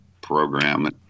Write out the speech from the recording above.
program